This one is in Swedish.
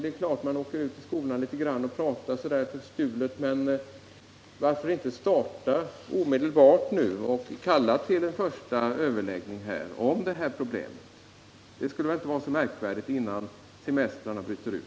Det är klart att man kan åka ut till skolorna och prata förstulet, men varför inte omedelbart sätta i gång och innan semestrarna bryter ut kalla till en första överläggning om detta problem. Det kan väl inte vara så märkvärdigt.